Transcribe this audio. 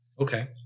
Okay